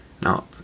Now